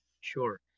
Sure